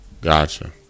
Gotcha